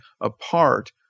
apart